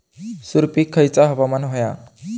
सुपरिक खयचा हवामान होया?